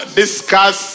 discuss